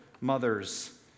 mothers